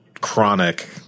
chronic